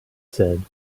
said